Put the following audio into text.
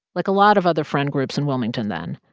like a lot of other friend groups in wilmington then.